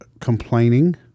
complaining